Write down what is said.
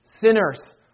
Sinners